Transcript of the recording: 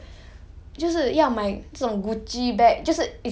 就是要买名牌货 lah 就是